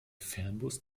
fernbus